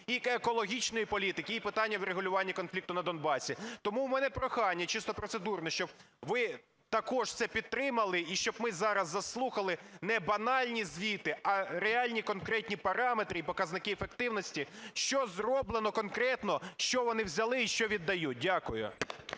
і екологічної політики, і питання врегулювання конфлікту на Донбасі. Тому в мене прохання чисто процедурне, щоб ви також це підтримали і щоб ми зараз заслухали не банальні звіти, а реальні конкретні параметри і показники ефективності, що зроблено конкретно, що вони взяли і що віддають. Дякую.